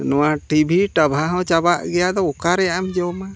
ᱱᱚᱣᱟ ᱴᱤᱵᱷᱤ ᱴᱟᱵᱷᱟ ᱦᱚᱸ ᱪᱟᱵᱟᱜ ᱜᱮᱭᱟ ᱫᱚ ᱚᱠᱟ ᱨᱮᱭᱟᱜ ᱮᱢ ᱡᱚᱢᱟ